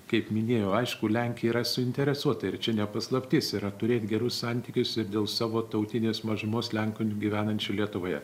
kaip minėjau aišku lenkija yra suinteresuota ir čia ne paslaptis yra turėti gerus santykius ir dėl savo tautinės mažumos lenkų gyvenančių lietuvoje